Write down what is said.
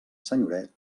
senyoret